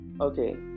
okay